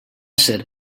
ser